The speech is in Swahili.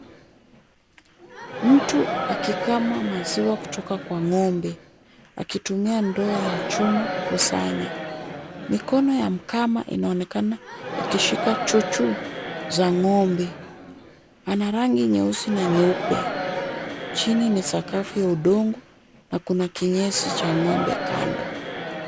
Mtu akikama maziwa kutoka kwa ng'ombe, akitumia ndoo ya chuma sana. Mikono ya mkama inaonekana ikishika chuchu za ng'ombe. Ana rangi nyeusi na nyeupe. Chini ni sakafu ya udongo na kuna kinyesi cha ng'ombe kando.